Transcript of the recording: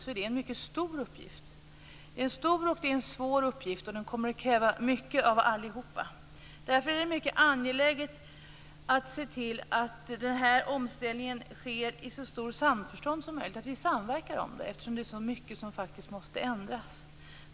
Det är en mycket stor och svår uppgift som kommer att kräva mycket av alla. Därför är det angeläget att se till att omställningen sker i så stort samförstånd som möjligt. Det gäller att samverka här eftersom det är så mycket som måste ändras.